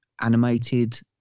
animated